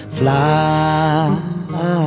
fly